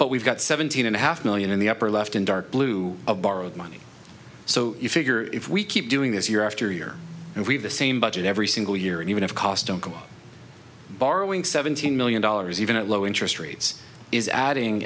but we've got seventeen and a half million in the upper left in dark blue of borrowed money so you figure if we keep doing this year after year and we have the same budget every single year and even if costs don't go borrowing seventeen million dollars even at low interest rates is adding